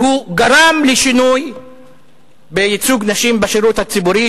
והוא גרם לשינוי בייצוג נשים בשירות הציבורי,